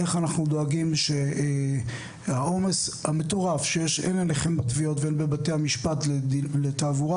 איך אנחנו דואגים שהעומס המטורף שיש בתביעות והן בבתי המשפט לתעבורה,